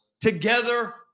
together